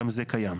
גם זה קיים.